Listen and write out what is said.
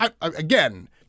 Again